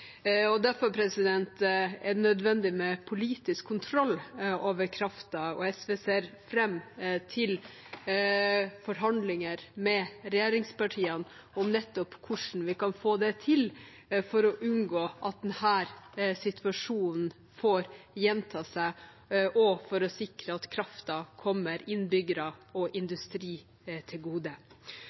Derfor er det nødvendig med politisk kontroll over kraften, og SV ser fram til forhandlinger med regjeringspartiene om nettopp hvordan vi kan få det til, for å unngå at denne situasjonen får gjenta seg, og for å sikre at kraften kommer innbyggere og industri til gode.